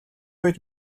үед